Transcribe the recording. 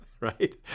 right